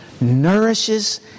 Nourishes